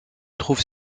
trouve